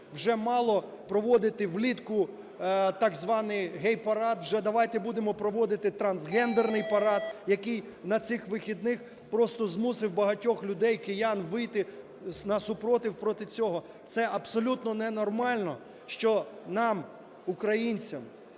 Вже мало проводи влітку так званий гей-парад, вже давайте будемо проводититрансгендерний парад, який на цих вихідних просто змусив багатьох людей, киян вийти насупроти, проти цього. Це абсолютно ненормально, що нам, українцям,